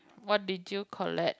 what did you collect